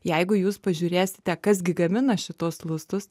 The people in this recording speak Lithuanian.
jeigu jūs pažiūrėsite kas gi gamina šitos lustus